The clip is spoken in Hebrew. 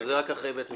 זה רק אחרי בית משפט.